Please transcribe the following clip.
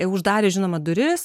uždarė žinoma duris